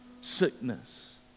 sickness